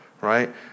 Right